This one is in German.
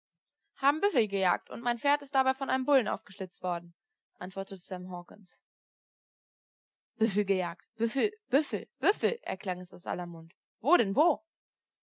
haben büffel gejagt und mein pferd ist dabei von einem bullen aufgeschlitzt worden antwortete sam hawkens büffel gejagt büffel büffel büffel erklang es aus aller mund wo denn wo